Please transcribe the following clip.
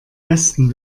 besten